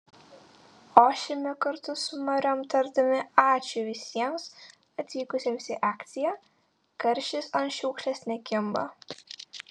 ošiame kartu su mariom tardami ačiū visiems atvykusiems į akciją karšis ant šiukšlės nekimba